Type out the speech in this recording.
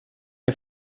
det